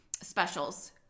specials